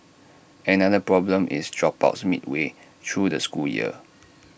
another problem is dropouts midway through the school year